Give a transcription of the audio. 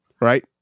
Right